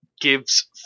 gives